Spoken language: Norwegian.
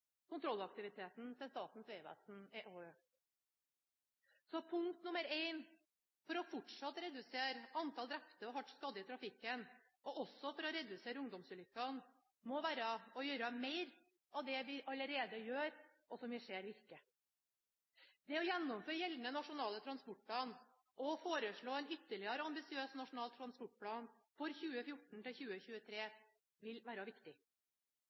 kontrollaktiviteten til Statens vegvesen er også økt. Så punkt nr. 1 for fortsatt å redusere antall drepte og hardt skadde i trafikken, og for å redusere ungdomsulykkene, må være å gjøre mer av det vi allerede gjør, og som vi ser virker. Det å gjennomføre gjeldende NTP og foreslå en ytterligere ambisiøs NTP for 2014–2023 vil være viktig.